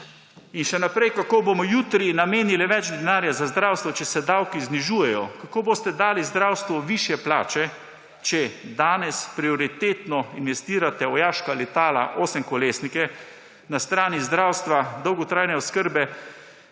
In še naprej. Kako bomo jutri namenili več denarja za zdravstvo, če se davki znižujejo? Kako boste dali zdravstvu višje plače, če danes prioritetno investirate v vojaška letala, osemkolesnike, na strani zdravstva, dolgotrajne oskrbe